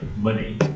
money